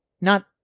Not